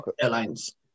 Airlines